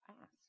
ask